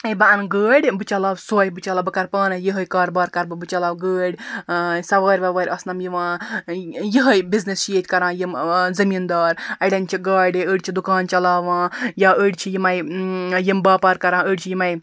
ہے بہٕ اَنہٕ گٲڑۍ بہٕ چَلاو سۄے بہٕ چَلاو بہٕ کَرٕ پانے یہے کاربار کَرٕ بہٕ بہٕ چَلاوٕ گٲڑۍ سَوارِ وَوارِ آسنَم یِوان یِہے بِزنٮ۪س چھِ ییٚتہِ کَران یِم زمیٖن دار اَڑٮ۪ن چھِ گاڑِ أڑۍ چھِ دُکان چَلاوان یا أڑۍ چھِ یِمے یِم باپار کَران أڑۍ چھِ یِمے